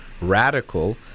radical